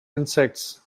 insects